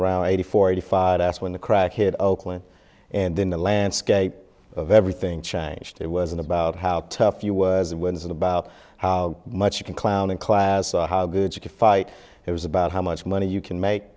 around eighty four eighty five asked when the crack head oakland and then the landscape of everything changed it wasn't about how tough you was when is it about how much you can clown in class how good you can fight it was about how much money you can make